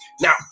now